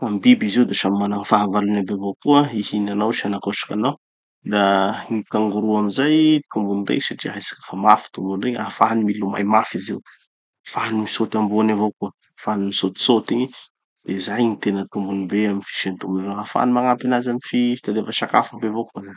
Fa gny biby izy io da samy mana gny fahavalony aby avao koa, hihina anao sy hanakosiky anao. Da gny kangoroo amizay, tombony be, satria hay tsika fa mafy tombony igny, ahafahany milomay mafy izy io. Ahafahany misôty ambony avao koa. Ahafahany misôtisôty igny. De izay gny tena tombony be amy fisiany tombony igny, ahafahany magnampy anazy amy fi- fitadiava sakafo aby avao koa.